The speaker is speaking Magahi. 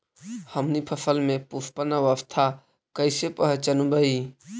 हमनी फसल में पुष्पन अवस्था कईसे पहचनबई?